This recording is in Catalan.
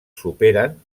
superen